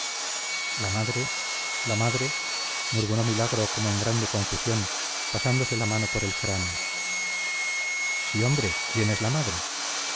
la madre la madre murmuró milagro como en grande confusión pasándose la mano por el cráneo sí hombre quién es la madre